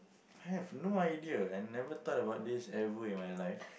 I have no idea I never thought about this ever in my life